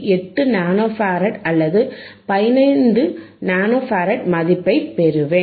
8 nanofarad அல்லது 15 nanofarad மதிப்பை பெறுவேன்